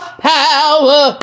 power